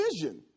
vision